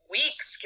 weeks